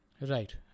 Right